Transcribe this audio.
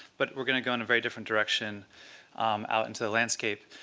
but we're going to go in a very different direction out into the landscape.